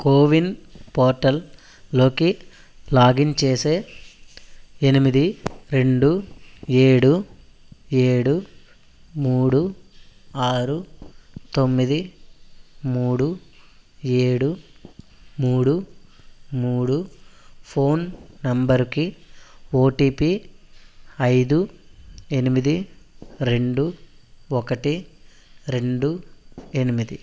CoWIN పోర్టల్లోకి login చేసే ఎనిమిది రెండు ఏడు ఏడు మూడు ఆరు తొమ్మిది మూడు ఏడు మూడు మూడు ఫోన్ నంబరుకి ఓటిపి ఐదు ఎనిమిది రెండు ఒకటి రెండు ఎనిమిది